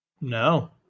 No